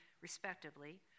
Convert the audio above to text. respectively